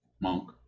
monk